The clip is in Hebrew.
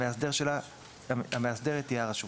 המאסדר שלה תהיה הרשות.